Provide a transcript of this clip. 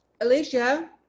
Alicia